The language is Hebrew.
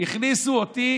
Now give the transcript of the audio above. הכניסו אותי